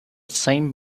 same